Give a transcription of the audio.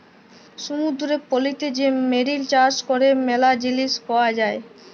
সমুদ্দুরের পলিতে যে মেরিল চাষ ক্যরে ম্যালা জিলিস পাওয়া যায়